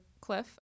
Cliff